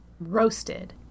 roasted